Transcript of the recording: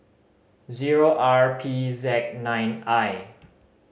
zero R P Z nine I